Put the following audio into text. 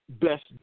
best